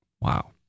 Wow